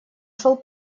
шел